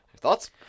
Thoughts